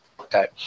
Okay